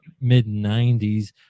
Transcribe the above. mid-90s